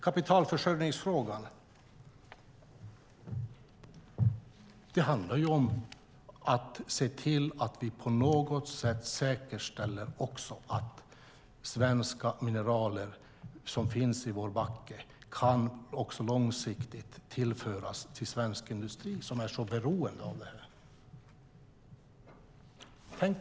Kapitalförsörjningsfrågan handlar ju om att se till att vi på något sätt säkerställer att svenska mineraler som finns i vår backe också långsiktigt kan tillföras svensk industri som är så beroende av dem.